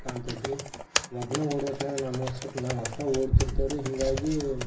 ಕಾಣ್ತೈತ್ರಿ ಒಬ್ನೇ ಓಡೋತ್ನಾಗೆ ನಮ್ಮಷ್ಟಕ್ಕೆ ನಾವು ಅಷ್ಟೇ ಓಡ್ತಿರ್ತೇವೆ ರೀ ಹೀಗಾಗಿ